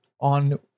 on